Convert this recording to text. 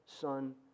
Son